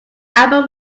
album